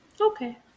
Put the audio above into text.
okay